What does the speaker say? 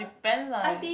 depends like